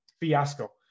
fiasco